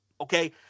Okay